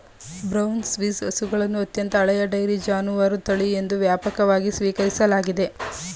brown Swiss ಹಸುಗಳನ್ನು ಅತ್ಯಂತ ಹಳೆಯ ಡೈರಿ ಜಾನುವಾರು ತಳಿ ಎಂದು ವ್ಯಾಪಕವಾಗಿ ಸ್ವೀಕರಿಸಲಾಗಿದೆ